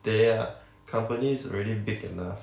their company's already big enough